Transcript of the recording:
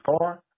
car